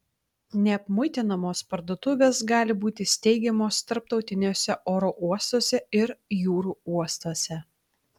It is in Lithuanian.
neapmuitinamos parduotuvės gali būti steigiamos tarptautiniuose oro uostuose ir jūrų uostuose